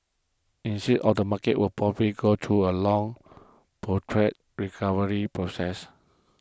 instead all the market will probably go through a long protracted recovery process